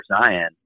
Zion